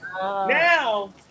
now